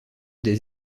des